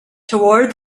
toward